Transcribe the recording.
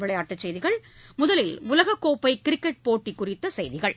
விளையாட்டுச்செய்திகள் முதலில் உலகக்கோப்பை கிரிக்கெட் போட்டி குறித்த செய்திகள்